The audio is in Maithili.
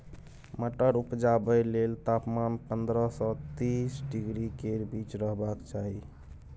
मटर उपजाबै लेल तापमान पंद्रह सँ तीस डिग्री केर बीच रहबाक चाही